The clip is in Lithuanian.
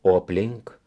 o aplink